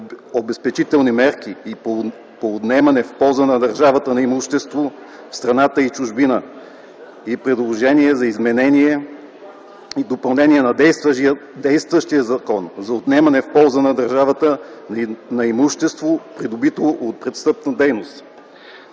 обезпечителни мерки и по отнемане в полза на държавата на имущество в страната и чужбина, и предложения за изменение и допълнение на действащия Закон за отнемане в полза на държавата на имущество, придобито от престъпна дейност.